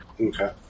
Okay